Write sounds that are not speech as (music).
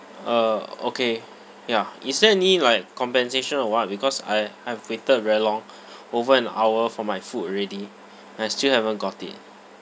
uh okay ya is there any like compensation or what because I I've waited very long (noise) over an hour for my food already and I still haven't got it